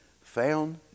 found